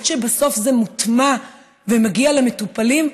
עד שבסוף זה מוטמע ומגיע למטופלים,